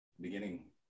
beginning